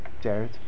Jared